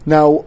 Now